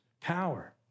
power